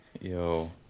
yo